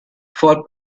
for